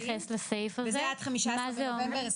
נגיע עוד מעט לסעיף של